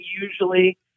usually